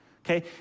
Okay